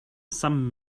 sum